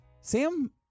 Sam